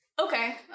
Okay